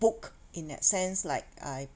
book in that sense like I